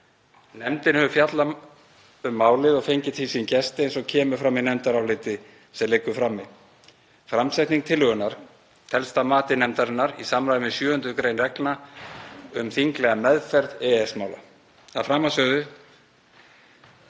Nefndin hefur fjallað um málið og fengið til sín gesti eins og kemur fram í nefndaráliti sem liggur frammi. Framsetning tillögunnar telst að mati nefndarinnar í samræmi við 7. gr. reglna um þinglega meðferð EES-mála. Að framansögðu